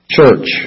Church